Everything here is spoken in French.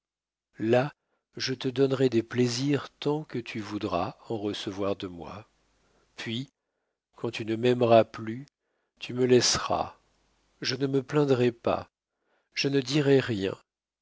là je te donnerai des plaisirs tant que tu voudras en recevoir de moi puis quand tu ne m'aimeras plus tu me laisseras je ne me plaindrai pas je ne dirai rien